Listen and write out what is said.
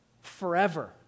Forever